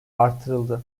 artırıldı